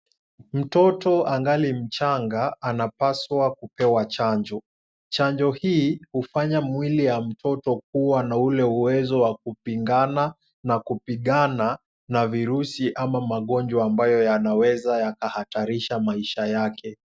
Mtoto angali mchanga anapaswa kupewa chanjo. Chanjo hii hufanya mwili ya mtoto kuwa na ule uwezo wa kupingana na kupigana na virusi ama magonjwa ambayo yanaweza yakahatarisha maisha yake.